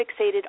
fixated